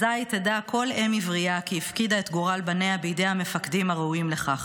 אזי תדע כל אם עבריה כי הפקידה גורל בניה בידי המפקדים הראויים לכך"